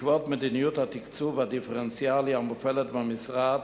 בעקבות מדיניות התקצוב הדיפרנציאלי המופעלת במשרד,